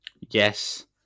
yes